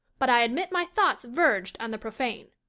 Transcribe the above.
but i admit my thoughts verged on the profane.